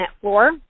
floor